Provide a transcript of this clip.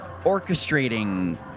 orchestrating